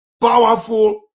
powerful